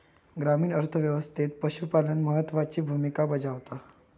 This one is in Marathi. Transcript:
ग्रामीण अर्थ व्यवस्थेत पशुपालन महत्त्वाची भूमिका बजावता